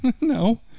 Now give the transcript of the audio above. No